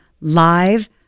live